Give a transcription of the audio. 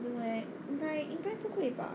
no leh 应该应该不会吧